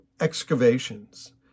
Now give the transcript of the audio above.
excavations